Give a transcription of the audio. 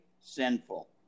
sinful